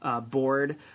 board